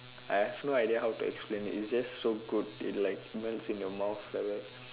I have no idea how to explain it it's just so good it like melts in your mouth like that